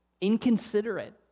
inconsiderate